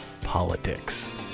politics